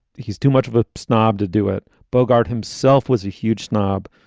he's too much of a snob to do it. bogarde himself was a huge snob,